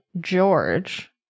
george